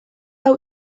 hau